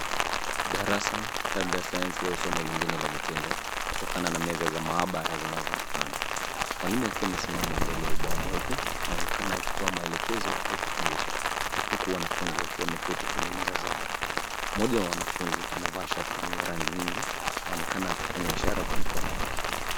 Darasa labda sayansi au somo lingine la vitendo kutokana na meza za maabara zinazoonekana. Mwalimu akiwa amesimama mbele ya ubao mweupe anaonekana akitoa amelekezo au kufundisha huku wanafunzi wakiwa wameketi kwenye meza zao. Mmoja wa wanafunzi amevaa shati yenye rangi nyingi, anaonekana akifanya ishara kwa mikono yake.